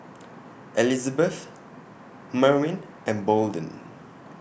Elizebeth Merwin and Bolden